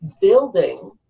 building